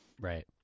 Right